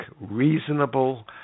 reasonable